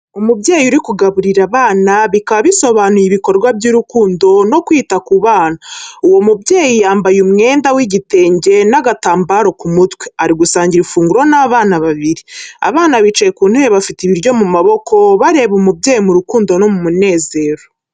Umubyeyi uri kugaburira abana, bikaba bisobanuye ibikorwa by'urukundo, kwita ku bana no kubitaho. Uwo mubyeyi yambaye umwenda w'icyenda n'agatambaro ku mutwe ari gusangira ifunguro n'abana babiri. Abana bicaye ku ntebe bafite ibiryo mu maboko, bareba umubyeyi mu rukundo no mu munezero.